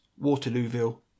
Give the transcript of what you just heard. Waterlooville